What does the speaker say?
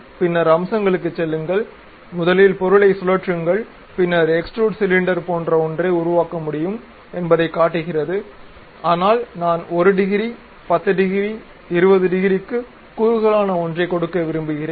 பின்னர் அம்சங்களுக்குச் செல்லுங்கள் முதலில் பொருளைச் சுழற்றுங்கள் பின்னர் எக்ஸ்டுரூட் சிலிண்டர் போன்ற ஒன்றை உருவாக்க முடியும் என்பதைக் காட்டுகிறது ஆனால் நான் 1 டிகிரி 10 டிகிரி 20 டிகிரிக்கு குறுகலான ஒன்றைக் கொடுக்க விரும்புகிறேன்